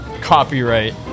copyright